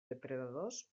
depredadors